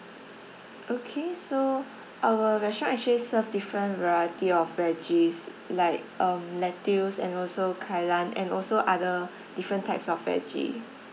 okay so our restaurant actually serve different variety of veggies like um lettuce and also kailan and also other different types of veggie